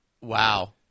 wow